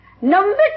Number